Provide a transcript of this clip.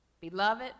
beloved